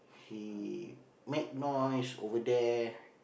he make noise over there